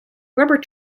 rubber